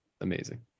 Amazing